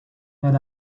had